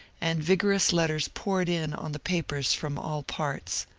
and vigorous letters poured in on the papers from all parts.